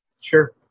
Sure